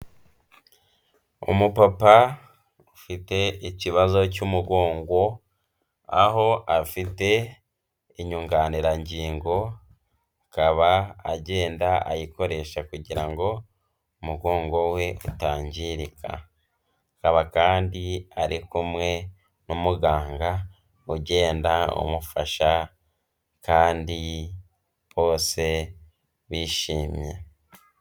Umupapa ufite ikibazo cy'umugongo, aho afite inyunganirangingo, akaba agenda ayikoresha kugira ngo umugongo we utangirika. Akaba kandi ari kumwe n'umuganga ugenda umufasha kandi bose bishimye.